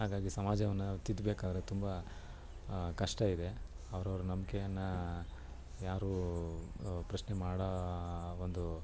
ಹಾಗಾಗಿ ಸಮಾಜವನ್ನು ನಾವು ತಿದ್ಬೇಕಾದ್ರೆ ತುಂಬ ಕಷ್ಟವಿದೆ ಅವ್ರವ್ರ ನಂಬಿಕೆನ ಯಾರೂ ಪ್ರಶ್ನೆ ಮಾಡೋ ಒಂದು